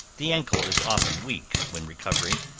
the ancle is often weak when recovering,